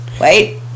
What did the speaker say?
Wait